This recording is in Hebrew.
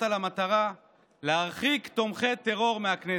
על המטרה להרחיק תומכי טרור מהכנסת.